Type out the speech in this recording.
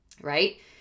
right